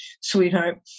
sweetheart